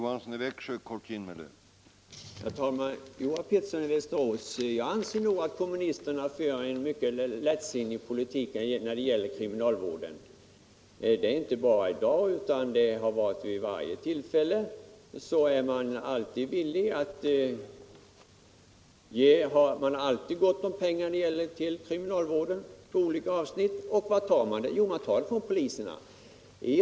Herr talman! Jo, herr Pettersson i Västerås, jag anser att kommunisterna för en mycket lättsinnig politik när det gäller kriminalvården. Det är inte fallet bara i dag, utan så har det varit vid varje tillfälle. Man har alltid gott om pengar till kriminalvårdens olika avsnitt. Och var tar man pengarna? Jo, man tar dem från anslagen till polisen.